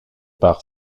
par